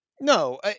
No